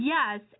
Yes